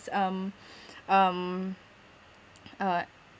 um um uh